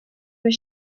were